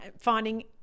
finding